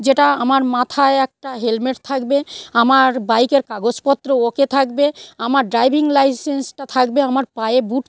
যেটা আমার মাথায় একটা হেলমেট থাকবে আমার বাইকের কাগজপত্র ওকে থাকবে আমার ড্রাইভিং লাইসেন্সটা থাকবে আমার পায়ে বুট